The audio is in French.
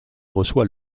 reçoit